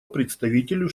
представителю